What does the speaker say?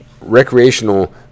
recreational